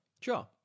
Sure